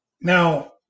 now